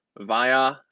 via